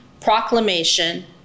proclamation